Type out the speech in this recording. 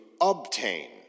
obtain